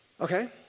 Okay